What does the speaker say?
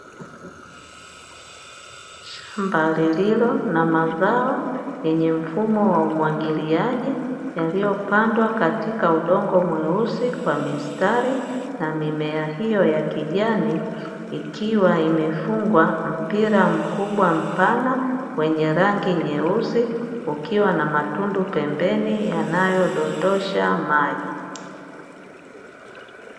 Shamba lililo na mazao, lenye mfumo wa umwagiliaji yaliyopandwa katika udongo mweusi kwa mistari, na mimea hiyo ya kijani ikiwa umefungwa mpira mkubwa mpana wenye rangi nyeusi, ukiwa na matundu pembeni yanayodondosha maji.